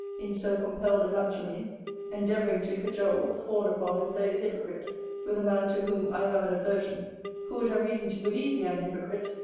in so compelled a matrimony endeavouring to cajole, fawn upon, and play the hypocrite with a man to whom i have an aversion who would have reason to believe me an hypocrite,